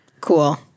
Cool